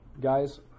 Guys